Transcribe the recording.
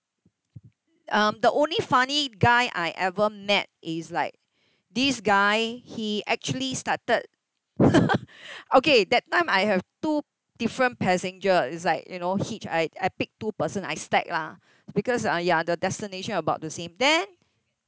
um the only funny guy I ever met is like this guy he actually started okay that time I have two different passenger is like you know hitch I I picked two person I stacked lah because ah ya the destination about the same then